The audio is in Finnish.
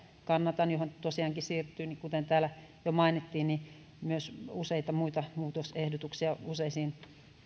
johon tosiaankin sisältyy kuten täällä jo mainittiin myös useita muita muutosehdotuksia useisiin